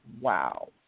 wow